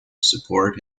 support